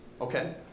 Okay